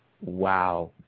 wow